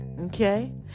Okay